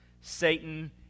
Satan